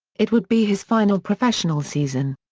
it would be his final professional season.